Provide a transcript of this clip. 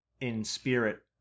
in-spirit